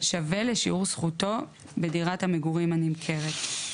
שווה לשיעור זכותו בדירת המגורים הנמכרת.